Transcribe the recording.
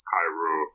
Cairo